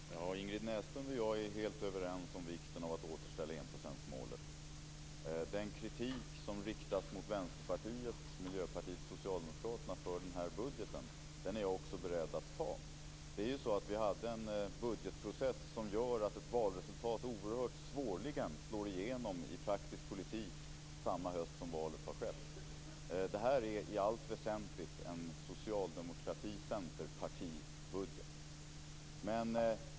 Fru talman! Ingrid Näslund och jag är helt överens om vikten av att återställa enprocentsmålet. Den kritik som riktas mot Vänsterpartiet, Miljöpartiet och Socialdemokraterna för denna budget är jag beredd att ta. Vår budgetprocess gör att ett valresultat svårligen slår igenom i praktisk politik samma höst som valet har skett. Det här är i allt väsentligt en socialdemokraticenterpartipartibudget.